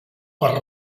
per